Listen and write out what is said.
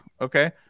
okay